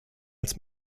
als